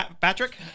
Patrick